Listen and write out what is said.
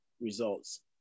results